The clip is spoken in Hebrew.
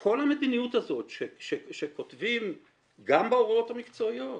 כל המדיניות הזאת שכותבים גם בהוראות המקצועיות,